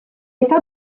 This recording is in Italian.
età